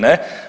Ne.